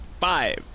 Five